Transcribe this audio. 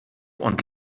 und